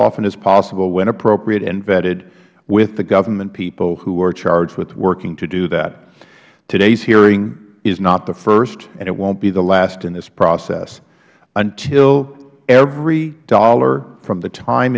often as possible when appropriate and vetted with the government people who are charged with working to do that todays hearing is not the first and it wont be the last in this process until every dollar from the time